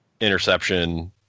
interception